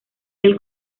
del